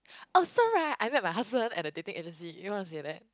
also right I met my husband at a dating agency you want to say that